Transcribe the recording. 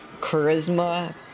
charisma